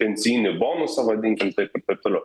pensijinį bonusą vadinikm taip ir taip toliau